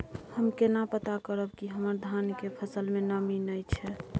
हम केना पता करब की हमर धान के फसल में नमी नय छै?